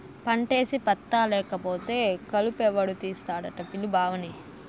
పంటేసి పత్తా లేకపోతే కలుపెవడు తీస్తాడట పిలు బావని